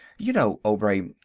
you know, obray,